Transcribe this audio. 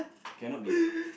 cannot be